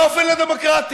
באופן לא דמוקרטי.